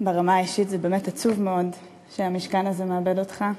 ברמה האישית זה באמת עצוב מאוד שהמשכן הזה מאבד אותך,